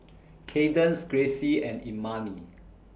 Cadence Gracie and Imani